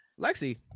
Lexi